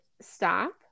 stop